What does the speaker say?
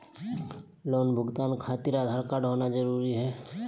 Loan भुगतान खातिर Aadhaar card होना जरूरी है?